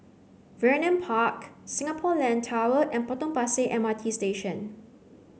Vernon Park Singapore Land Tower and Potong Pasir M R T Station